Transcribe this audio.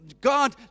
God